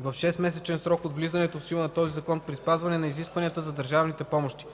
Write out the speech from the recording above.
в 6-месечен срок от влизането в сила на този закон при спазване на изискванията за държавните помощи.